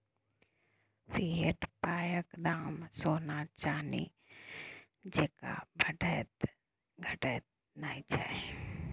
fiat पायक दाम सोना चानी जेंका बढ़ैत घटैत नहि छै